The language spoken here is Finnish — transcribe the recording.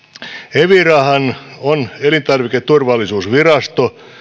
evirahan on elintarviketurvallisuusvirasto